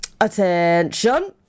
attention